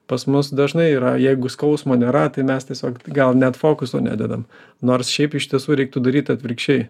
pas mus dažnai yra jeigu skausmo nėra tai mes tiesiog gal net fokuso nededam nors šiaip iš tiesų reiktų daryt atvirkščiai